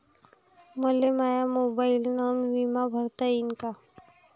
मले माया मोबाईलनं बिमा भरता येईन का?